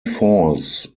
falls